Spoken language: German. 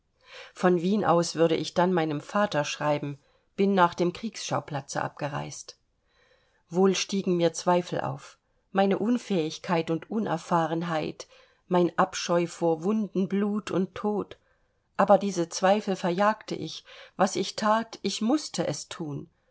von wien aus würde ich dann meinem vater schreiben bin nach dem kriegsschauplatze abgereist wohl stiegen mir zweifel auf meine unfähigkeit und unerfahrenheit mein abscheu vor wunden blut und tod aber diese zweifel verjagte ich was ich that ich mußte es thun